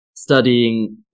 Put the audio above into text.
Studying